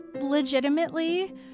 legitimately